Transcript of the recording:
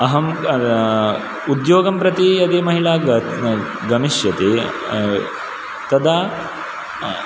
अहं उद्योगं प्रति यदि महिला गमिष्यति तदा